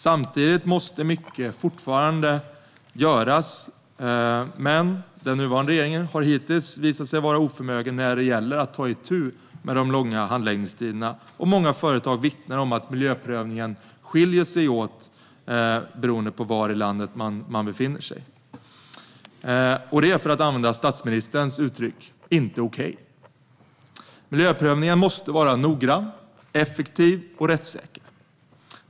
Samtidigt måste mycket fortfarande göras, men den nuvarande regeringen har hittills visat sig vara oförmögen när det gäller att ta itu med de långa handläggningstiderna. Många företag vittnar om att miljöprövningen skiljer sig åt beroende på var i landet man befinner sig. Det är, för att använda statsministerns uttryck, inte okej. Miljöprövningen måste vara noggrann, effektiv och rättssäker.